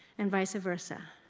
and vise versa.